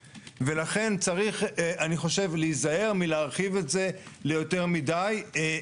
החוק הזה שיחול עליהם על מרכולים וגם על השווקים